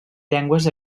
llengües